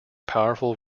powerful